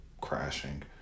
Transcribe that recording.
crashing